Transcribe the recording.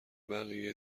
بقیه